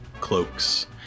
cloaks